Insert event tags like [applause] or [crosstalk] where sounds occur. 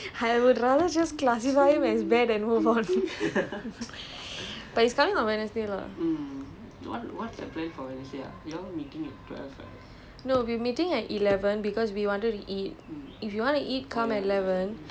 eh I got better things to do [laughs] I would rather just classify him as bad and move on but he is coming on wednesday lah